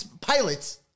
pilots